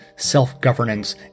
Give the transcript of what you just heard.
Self-governance